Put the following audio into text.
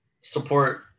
support